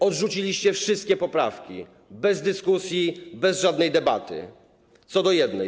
Odrzuciliście wszystkie poprawki, bez dyskusji, bez żadnej debaty, co do jednej.